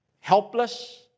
helpless